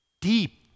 deep